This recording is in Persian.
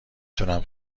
تونم